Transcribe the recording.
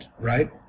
right